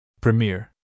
Premier